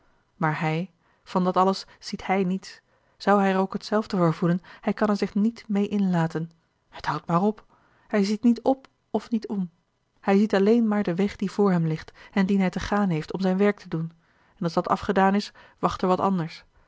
maar hij van dat alles ziet hij niets zou hij er ook hetzelfde voor voelen hij kan er zich niet meê inlaten het houdt maar op hij ziet niet op of niet om hij ziet alleen maar den weg die voor hem ligt en dien hij te gaan heeft om zijn werk te doen en als dat afgedaan is wacht er wat anders